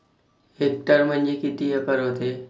Hectare म्हणजे किती acre व्हते?